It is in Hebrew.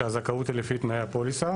שהזכאות היא לפי תנאי הפוליסה.